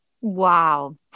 Wow